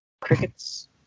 crickets